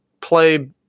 play